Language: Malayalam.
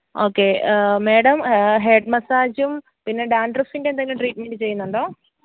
ഓക്കെ മേഡം ഹെഡ് മസ്സാജും പിന്നെ ഡാന്ഡ്രഫിന്റെ എന്തെങ്കിലും ട്രീറ്റ്മെന്റ് ചെയ്യുന്നുണ്ടോ